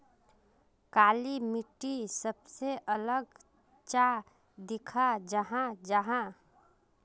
काली मिट्टी सबसे अलग चाँ दिखा जाहा जाहा?